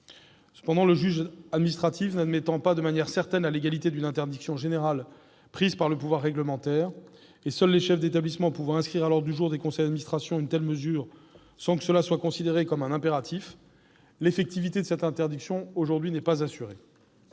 Cependant, le juge administratif n'admettant pas de manière certaine la légalité d'une interdiction générale prise par le pouvoir réglementaire, et seuls les chefs d'établissement pouvant inscrire à l'ordre du jour des conseils d'administration une telle mesure sans que cela soit considéré comme un impératif, l'effectivité de cette interdiction n'est aujourd'hui pas assurée.